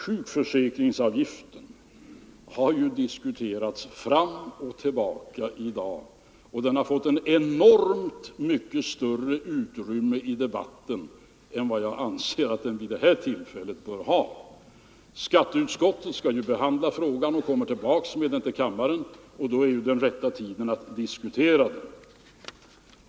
Sjukförsäkringsavgiften har diskuterats fram och tillbaka i dag, och den har fått ett enormt mycket större utrymme i debatten än vad jag anser att den vid det här tillfället bör ha. Skatteutskottet skall ju behandla frågan och kommer tillbaka med den till kammaren, och då är rätta tiden att diskutera den.